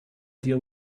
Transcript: deal